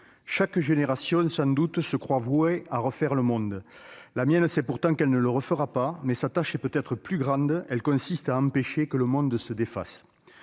Chaque génération, sans doute, se croit vouée à refaire le monde. La mienne sait pourtant qu'elle ne le refera pas. Mais sa tâche est peut-être plus grande. Elle consiste à empêcher que le monde se défasse.